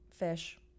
fish